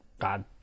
God